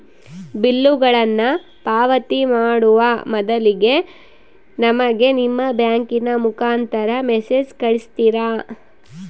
ಬಿಲ್ಲುಗಳನ್ನ ಪಾವತಿ ಮಾಡುವ ಮೊದಲಿಗೆ ನಮಗೆ ನಿಮ್ಮ ಬ್ಯಾಂಕಿನ ಮುಖಾಂತರ ಮೆಸೇಜ್ ಕಳಿಸ್ತಿರಾ?